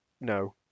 no